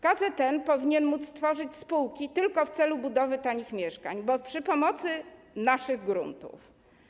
KZN powinien móc tworzyć spółki tylko w celu budowy tanich mieszkań, bo - przy pomocy naszych gruntów.